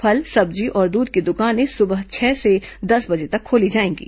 फल सब्जी और दूध की दुकानें सुबह छह से दस बजे तक खोली जाएंगी